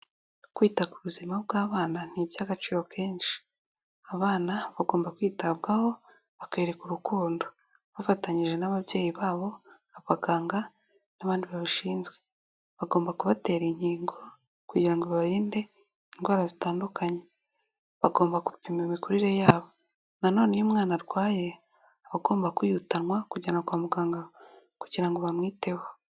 Kwita ku buzima bw'abana ni iby'agaciro kenshi. Abana bagomba kwitabwaho bakerekwa urukundo. Bafatanyije n'ababyeyi babo, abaganga n'abandi babishinzwe. Bagomba kubatera inkingo kugira ngo babarinde indwara zitandukanye. Bagomba gupima imikurire yabo. Na none iyo umwana arwaye aba agomba kwihutanwa kujyanwa kwa muganga kugira ngo bamwiteho.